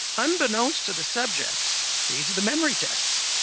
unbeknownst the subjects, these are the memory tests.